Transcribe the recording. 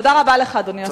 תודה לך, אדוני השר.